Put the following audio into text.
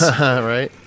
Right